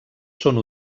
són